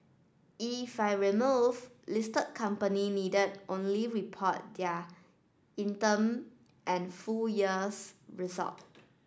if removed listed companies need only report their interim and full years results